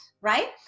right